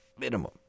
minimum